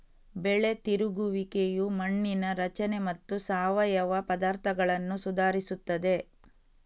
ಬೆಳೆ ತಿರುಗುವಿಕೆಯು ಮಣ್ಣಿನ ರಚನೆ ಮತ್ತು ಸಾವಯವ ಪದಾರ್ಥಗಳನ್ನು ಸುಧಾರಿಸುತ್ತದೆ